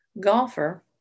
golfer